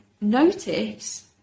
notice